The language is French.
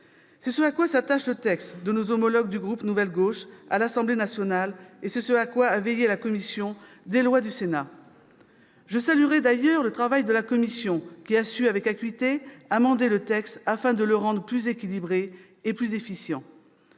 C'est ce à quoi s'attache le texte de nos homologues du groupe Nouvelle Gauche à l'Assemblée nationale, et c'est ce à quoi a veillé la commission des lois du Sénat. Je salue d'ailleurs le travail de la commission, qui a su, avec acuité, amender le texte afin de le rendre plus équilibré et plus efficient.